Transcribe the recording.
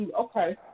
okay